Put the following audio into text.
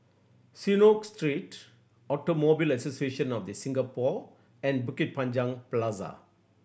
Synagogue Street Automobile Association of The Singapore and Bukit Panjang Plaza